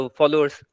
followers